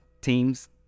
teams